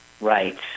Right